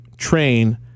Train